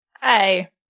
Hi